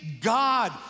God